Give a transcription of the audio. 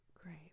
Great